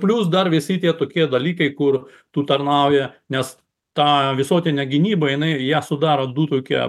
plius dar visi tie tokie dalykai kur tu tarnauji nes ta visuotinė gynyba jinai ją sudaro du tokie